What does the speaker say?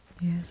Yes